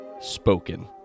Spoken